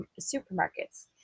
supermarkets